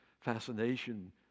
fascination